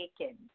taken